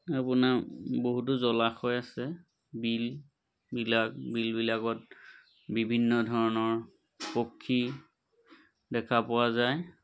আপোনাৰ বহুতো জলাশয় আছে বিলবিলাক বিলবিলাকত বিভিন্ন ধৰণৰ পক্ষী দেখা পোৱা যায়